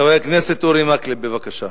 חבר הכנסת אורי מקלב, בבקשה.